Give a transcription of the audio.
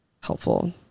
helpful